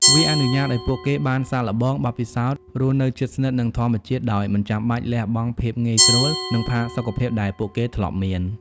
វាអនុញ្ញាតឲ្យពួកគេបានសាកល្បងបទពិសោធន៍រស់នៅជិតស្និទ្ធនឹងធម្មជាតិដោយមិនចាំបាច់លះបង់ភាពងាយស្រួល និងផាសុកភាពដែលពួកគេធ្លាប់មាន។